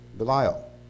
Belial